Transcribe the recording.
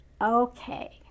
Okay